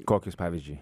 kokius pavyzdžiui